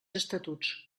estatuts